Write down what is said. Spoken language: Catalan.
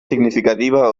significativa